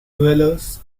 dwellers